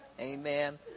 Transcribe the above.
Amen